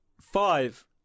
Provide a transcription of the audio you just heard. Five